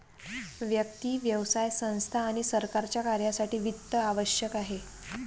व्यक्ती, व्यवसाय संस्था आणि सरकारच्या कार्यासाठी वित्त आवश्यक आहे